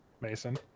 Mason